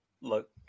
look